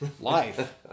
Life